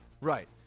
Right